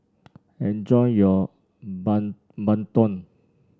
enjoy your bandung